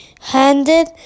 handed